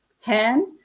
hand